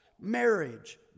Marriage